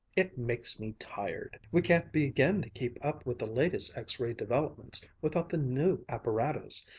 it makes me tired! we can't begin to keep up with the latest x-ray developments without the new apparatus,